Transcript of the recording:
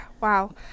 Wow